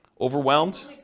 Overwhelmed